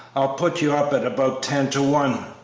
i'll put you up at about ten to one,